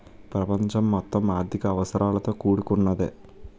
ప్రపంచం మొత్తం ఆర్థిక అవసరాలతో కూడుకున్నదే